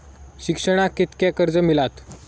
शिक्षणाक कीतक्या कर्ज मिलात?